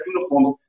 uniforms